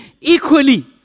equally